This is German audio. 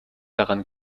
dran